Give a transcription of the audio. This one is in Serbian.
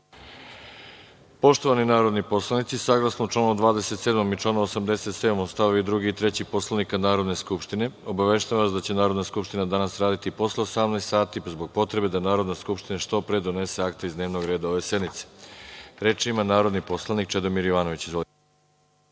Pastor. Poštovani narodni poslanici, saglasno članu 27. i članu 87. st. 2. i 3. Poslovnika Narodne skupštine, obaveštavam vas da će Narodna skupština danas raditi posle 18.00 časova zbog potrebe da Narodna skupština što pre donese akte iz dnevnog reda ove sednice. Reč ima narodni poslanik Čedomir Jovanović.